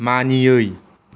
मानियै